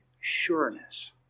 sureness